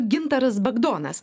gintaras bagdonas